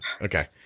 Okay